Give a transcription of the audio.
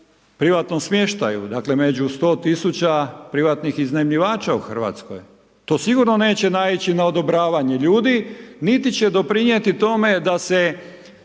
privatnom smještaju, dakle, među 100 000 privatnih iznajmljivača u RH. To sigurno neće naići na odobravanje ljudi, niti će doprinijeti tome da se